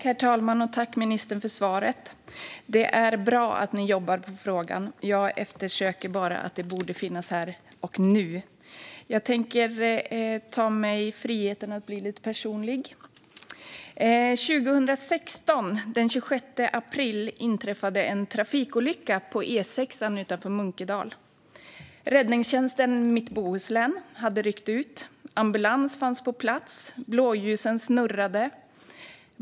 Herr talman! Tack, ministern, för svaret! Det är bra att ni jobbar med frågan. Jag tycker bara att detta borde finnas här och nu. Jag tänker ta mig friheten att bli lite personlig. År 2016, den 26 april, inträffade en trafikolycka på E6:an utanför Munkedal. Räddningstjänsten Mitt Bohuslän hade ryckt ut. Ambulans fanns på plats. Blåljusen snurrade.